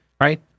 Right